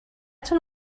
تون